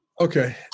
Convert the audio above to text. Okay